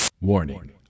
Warning